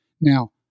now